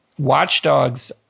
Watchdogs